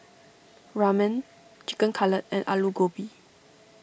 Ramen Chicken Cutlet and Alu Gobi